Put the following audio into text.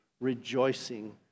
rejoicing